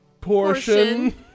portion